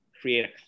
create